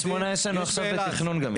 קריית שמונה יש לנו עכשיו בתכנון גם.